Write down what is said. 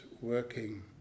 working